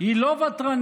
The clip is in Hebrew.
היא לא ותרנית,